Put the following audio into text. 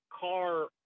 car